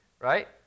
right